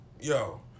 yo